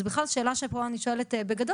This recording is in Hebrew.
זאת בכלל שאלה שפה אני שואלת בגדול,